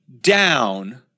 down